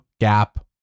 Gap